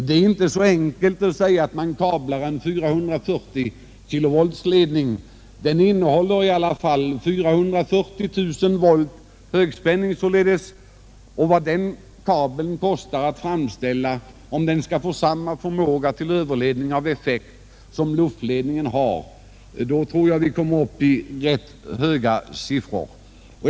Det är inte så enkelt att säga att man kablar en 440 kilovoltsledning. Den innehåller i alla fall 440 000 volt högspänning. Om man räknar ut vad det kostar att framställa en kabel med samma förmåga till överledning av effekt som luftledningen kommer vi upp i rätt höga siffror.